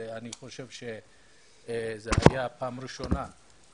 ואני חושב שזאת הייתה פעם ראשונה.